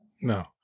No